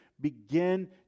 begin